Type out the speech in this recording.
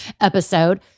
episode